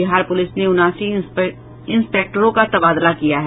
Bihar police ने उनासी इंस्पेक्टरों का तबादला किया है